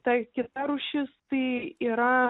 ta kita rūšis tai yra